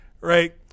right